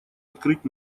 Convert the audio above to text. открыть